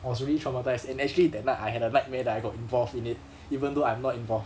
I was really traumatized and actually that night I had a nightmare that I got involved in it even though I'm not involved